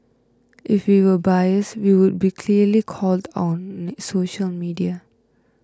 if we were biased we would be clearly called on social media